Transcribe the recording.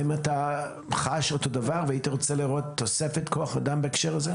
האם אתה חש אותו דבר והיית רוצה לראות תוספת כוח אדם בהקשר הזה?